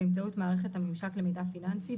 באמצעות מערכת הממשק למידע פיננסי,